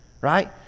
right